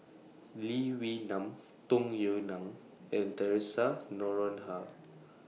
Lee Wee Nam Tung Yue Nang and Theresa Noronha